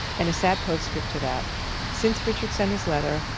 and a sad postscript to that since richard sent his letter,